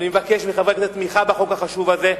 אני מבקש מחברי הכנסת תמיכה בחוק החשוב הזה.